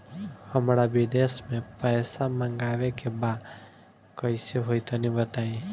हमरा विदेश से पईसा मंगावे के बा कइसे होई तनि बताई?